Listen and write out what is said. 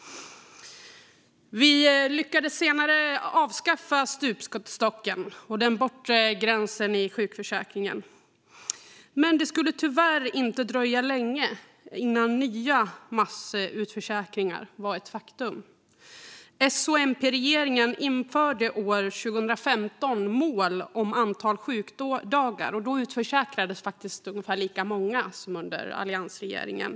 Vi lyckades senare avskaffa stupstocken och den bortre gränsen i sjukförsäkringen. Men det skulle tyvärr inte dröja länge innan nya massutförsäkringar var ett faktum. S och MP-regeringen införde år 2015 mål om antal sjukdagar, och då utförsäkrades faktiskt ungefär lika många som under alliansregeringen.